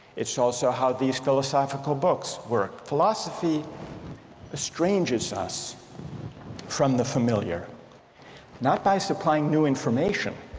it's also how these philosophical books work. philosophy estranges us from the familiar not by supplying new information